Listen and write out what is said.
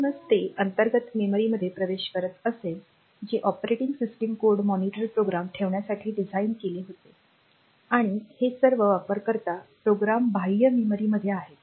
म्हणूनच ते अंतर्गत मेमरीमध्ये प्रवेश करत असेल जे operating system code monitor program ठेवण्यासाठी डिझाइन केले गेले होते आणि हे सर्व वापरकर्ता प्रोग्राम बाह्य मेमरीमध्ये आहेत